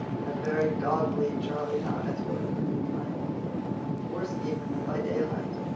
how very goggly charlie's eyes were in the moonlight worse even than by daylight